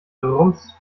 rums